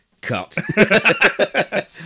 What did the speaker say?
Cut